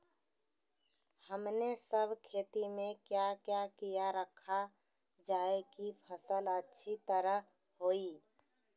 हमने सब खेती में क्या क्या किया रखा जाए की फसल अच्छी तरह होई?